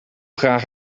graag